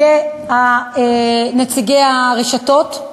נציגי הרשתות,